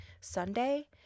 Sunday